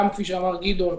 גם כפי שאמר גדעון,